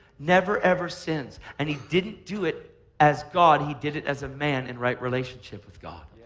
never, ever sins, and he didn't do it as god, he did it as a man in right relationship with god.